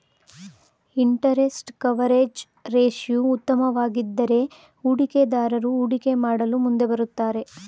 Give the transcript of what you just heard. interest coverage ratio ಉತ್ತಮವಾಗಿದ್ದರೆ ಹೂಡಿಕೆದಾರರು ಹೂಡಿಕೆ ಮಾಡಲು ಮುಂದೆ ಬರುತ್ತಾರೆ